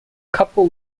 couple